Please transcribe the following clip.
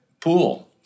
pool